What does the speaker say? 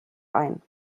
ein